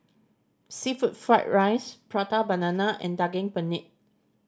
seafood fried rice Prata Banana and Daging Penyet